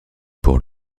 pour